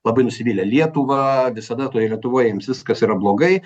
labai nusivylę lietuva visada toj lietuvoj jiems viskas yra blogai